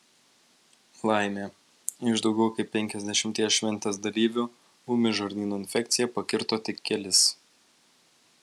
laimė iš daugiau kaip penkiasdešimties šventės dalyvių ūmi žarnyno infekcija pakirto tik kelis